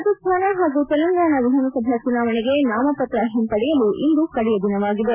ರಾಜಸ್ಥಾನ ಹಾಗೂ ತೆಲಂಗಾಣ ವಿಧಾನಸಭಾ ಚುನಾವಣೆಗೆ ನಾಮಪತ್ರ ಹಿಂಪಡೆಯಲು ಇಂದು ಕಡೆಯ ದಿನವಾಗಿದೆ